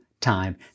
time